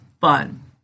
fun